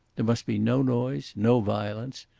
there must be no noise, no violence.